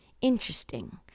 interesting